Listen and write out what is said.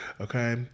okay